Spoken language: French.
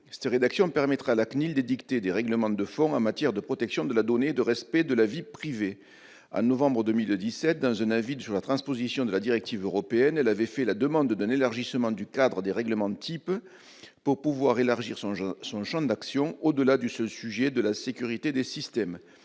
Cette rédaction permettra à la CNIL d'édicter des règlements de fond en matière de protection de la donnée et de respect de la vie privée. En novembre 2017, dans un avis sur la transposition de la directive européenne, elle avait fait la demande d'un élargissement du cadre des règlements types pour pouvoir élargir son champ d'action au-delà du seul sujet de la sécurité des systèmes.